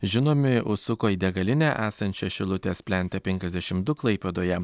žinomi užsuko į degalinę esančią šilutės plente penkiasdešim du klaipėdoje